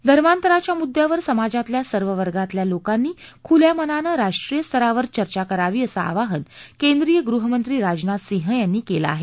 धर्मांतराच्या मुद्द्यावर समाजातल्या सर्व वर्गातल्या लोकांनी खुल्या मनानं राष्ट्रीय स्तरावर चर्चा करावी असं आवाहन केंद्रीय गृहमंत्री राजनाथ सिंह यांनी केलं आहे